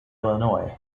illinois